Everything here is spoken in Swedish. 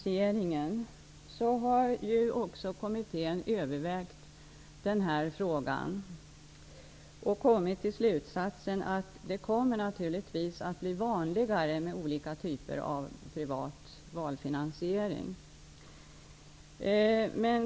Kommittén har också övervägt frågan om valfinansieringen och kommit till slutsatsen att det naturligtvis kommer att bli vanligare med olika typer av privat valfinansiering.